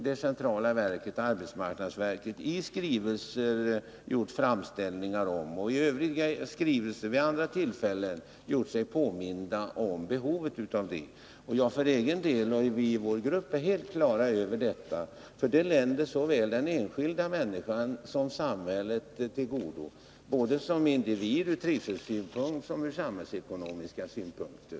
Det centrala verket, arbetsmarknadsverket, har i skrivelser och på annat sätt gjort framställningar och påmint om behovet av detta. Jag för egen del och vi i vår grupp är helt på det klara med detta. Det länder såväl samhället som den enskilda människan till godo, både från individens trivselsynpunkt och från samhällsekonomiska synpunkter.